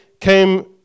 came